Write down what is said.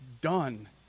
done